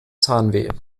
zahnweh